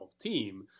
team